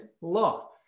law